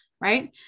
right